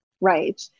right